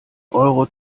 euro